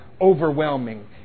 overwhelming